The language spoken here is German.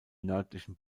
nördlichen